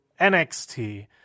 NXT